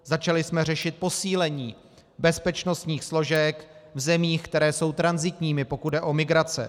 Začali jsme řešit posílení bezpečnostních složek v zemích, které jsou tranzitními, pokud jde o migrace.